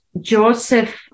Joseph